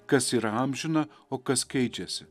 kas yra amžina o kas keičiasi